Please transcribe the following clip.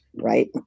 right